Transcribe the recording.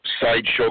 sideshow